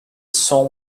song